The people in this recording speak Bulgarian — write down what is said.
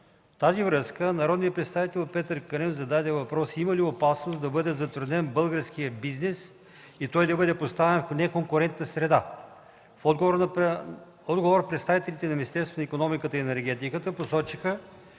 тази връзка народният представител Петър Кънев зададе въпрос има ли опасност да бъде затруднен българският бизнес и той да бъде поставен в неконкурентна среда. В отговор представителите на Министерството на икономиката и енергетиката посочиха,